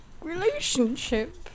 relationship